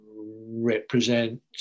represent